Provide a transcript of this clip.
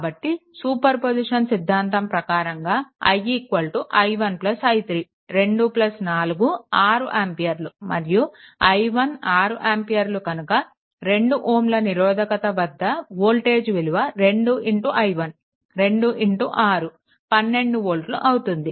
కాబట్టి superposition సిద్ధాంతం ప్రకారంగా i i1 i3 2 4 6 ఆంపియర్లు మరియు i1 6 ఆంపియర్లు కనుక 2 Ω నిరోధకత వద్ద వోల్టేజ్ విలువ 2 i1 2 6 12 వోల్ట్లు అవుతుంది